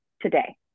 today